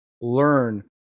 learn